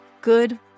good